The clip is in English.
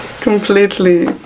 completely